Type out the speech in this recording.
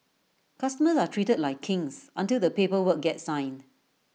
customers are treated like kings until the paper work gets signed